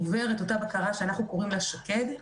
עוברים את אותה בקרה שאנחנו קוראים לה שק"ד.